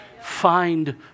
Find